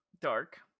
Dark